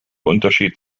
unterschied